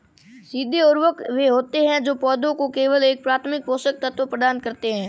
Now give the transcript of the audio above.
सीधे उर्वरक वे होते हैं जो पौधों को केवल एक प्राथमिक पोषक तत्व प्रदान करते हैं